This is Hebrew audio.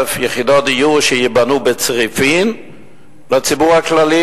יחידות דיור שייבנו בצריפין לציבור הכללי,